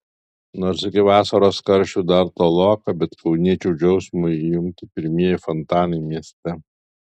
nors iki vasaros karščių dar toloka bet kauniečių džiaugsmui įjungti pirmieji fontanai mieste